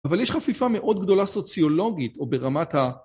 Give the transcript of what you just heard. אבל יש חפיפה מאוד גדולה סוציולוגית או ברמת ה...